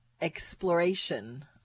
exploration